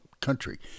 country